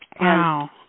Wow